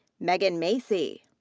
megan macy.